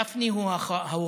גפני הוא ההוכחה